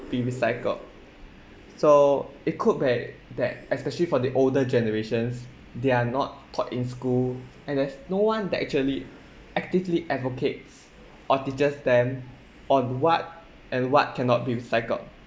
be recycled so it could be that especially for the older generations they are not taught in school and there's no one that actually actively advocates or teaches them on what and what cannot be recycled